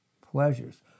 Pleasures